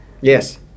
Yes